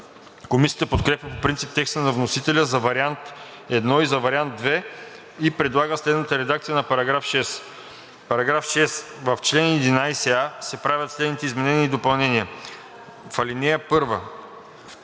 Комисията подкрепя по принцип текста на вносителя за Вариант I и за Вариант II и предлага следната редакция на § 6: „§ 6. В чл. 11а се правят следните изменения и допълнения: 1.